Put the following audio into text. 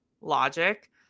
logic